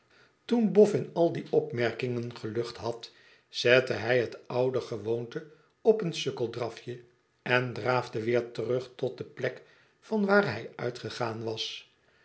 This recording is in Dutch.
toen boffin al die opmerkingen gelucht had zette hij het ouder gewoonte op een sukkeldrafje en draafde weer terug tot de plek van waar hij uitgegaan was